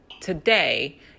today